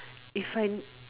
if I